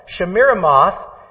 Shemiramoth